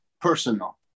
personal